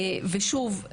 שוב,